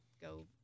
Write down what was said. go